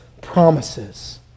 promises